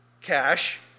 cash